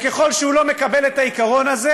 ככל שהוא לא מקבל את העיקרון הזה,